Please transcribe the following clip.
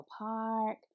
park